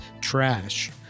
trash